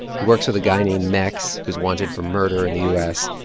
he works with a guy named mex who's wanted for murder in the u s.